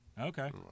okay